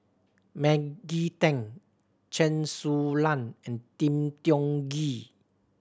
Maggie Teng Chen Su Lan and Lim Tiong Ghee